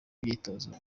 imyitozo